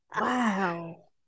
Wow